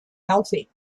healthy